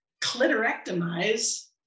clitorectomize